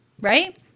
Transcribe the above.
right